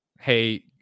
hey